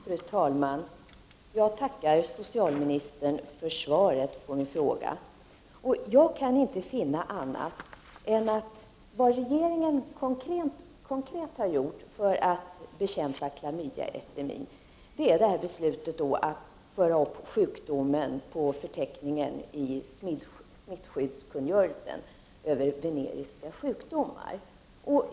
Fru talman! Jag tackar socialministern för svaret på min fråga. Jag kan inte finna annat än att vad regeringen konkret har gjort för att bekämpa klamydiaepidemin är att fatta detta beslut om att föra upp sjukdomen på förteckningen i smittskyddskungörelsen över veneriska sjukdomar.